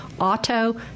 auto